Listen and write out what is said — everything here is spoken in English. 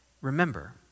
Remember